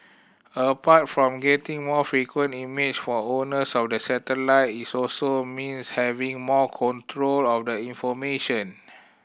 apart from getting more frequent image for owners of the satellite its also means having more control of the information